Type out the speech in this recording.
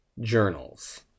journals